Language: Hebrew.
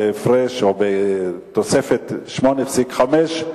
בהפרש או בתוספת של 8.5,